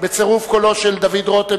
בצירוף קולו של דוד רותם,